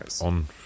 on